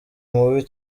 mubi